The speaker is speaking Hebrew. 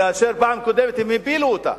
כאשר בפעם הקודמת הם הפילו אותה.